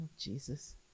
Jesus